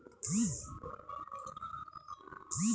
গাজরকে প্যাকেটিং করে বিক্রি করলে কি বেশি বিক্রি হতে পারে?